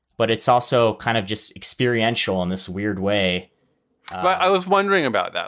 but it's also kind of just experience all in this weird way i was wondering about that.